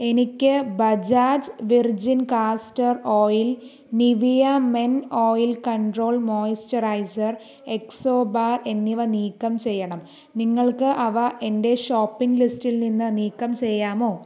എനിക്ക് Bajaj virgin castor oil Nivea men oil control moisturiser എക്സോബാ എന്നിവ നീക്കം ചെയ്യണം നിങ്ങൾക്ക് അവ എന്റെ ഷോപ്പിംഗ് ലിസ്റ്റിൽ നിന്ന് നീക്കം ചെയ്യാമോ